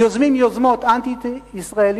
יוזמים יוזמות אנטי-ישראליות,